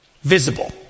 visible